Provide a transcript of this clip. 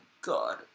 God